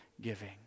giving